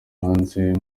hanze